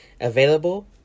available